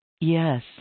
yes